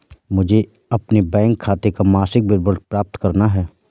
मुझे अपने बैंक खाते का मासिक विवरण प्राप्त करना है?